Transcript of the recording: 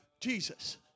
Jesus